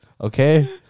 Okay